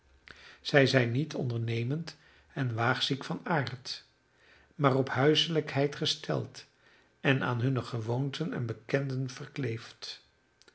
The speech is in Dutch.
zij zijn niet ondernemend en waagziek van aard maar op huiselijkheid gesteld en aan hunne gewoonten en bekenden verkleefd